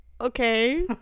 okay